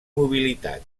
mobilitat